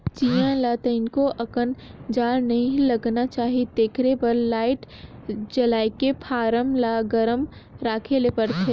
चीया ल तनिको अकन जाड़ नइ लगना चाही तेखरे बर लाईट जलायके फारम ल गरम राखे ले परथे